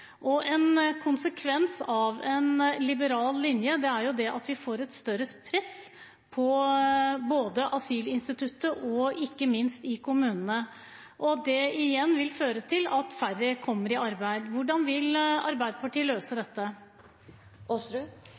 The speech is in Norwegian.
arbeid. En konsekvens av en liberal linje er at vi får et større press både på asylinstituttet og ikke minst i kommunene. Det igjen vil føre til at færre kommer i arbeid. Hvordan vil Arbeiderpartiet løse dette?